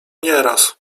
nieraz